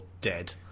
dead